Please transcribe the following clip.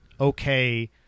okay